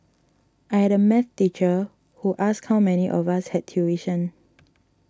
I had a math teacher who asked how many of us had tuition